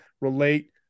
relate